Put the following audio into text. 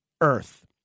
Earth